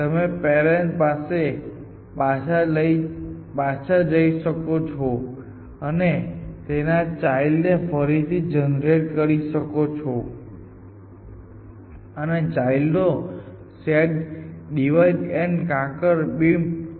તમે પેરેન્ટ્સ પાસે પાછા જઈ શકો છો અને તેના ચાઈલ્ડ ને ફરીથી જનરેટ કરી શકો છો અને અન્ય ચાઈલ્ડ નો set divide and conquer beam stack સર્ચમાં લઈ શકો છો તમારી પાસે ઓપન લેયર નથી